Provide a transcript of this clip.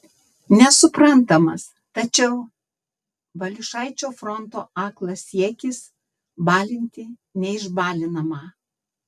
nesuprantamas tačiau valiušaičio fronto aklas siekis balinti neišbalinamą